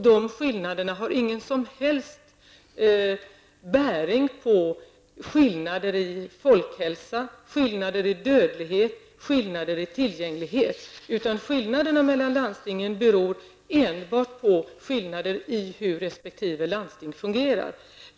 De skillnaderna har ingen som helst bäring på skillnader i folkhälsa, i dödlighet och i tillgänglighet, utan de beror enbart på olikheter i resp. landstings sätt att fungera.